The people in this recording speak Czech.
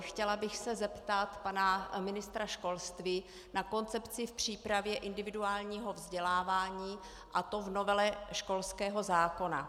Chtěla bych se zeptat pana ministra školství na koncepci v přípravě individuálního vzdělávání, a to v novele školského zákona.